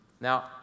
Now